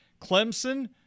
Clemson